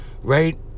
right